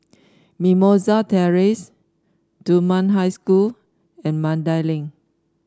Mimosa Terrace Dunman High School and Mandai Link